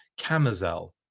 Camazel